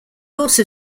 also